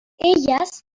elles